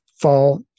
fall